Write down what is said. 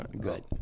good